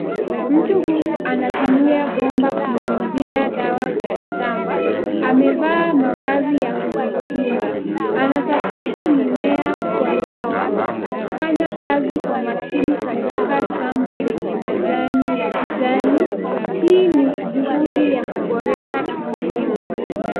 Mtu huyu anatumia bomba kunyunyizia dawa kwenye shamba, amevaa mavazi ya kujikinga. Anasafisha mimea kwa dawa akifanya kazi kwa makini katika shamba lenye majani ya kijani hii ni juhudi ya kuboresha kilimo.